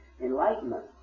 enlightenment